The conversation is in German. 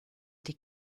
die